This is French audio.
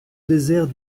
désert